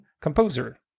composer